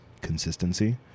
consistency